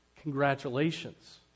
Congratulations